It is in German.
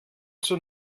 zur